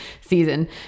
season